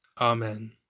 Amen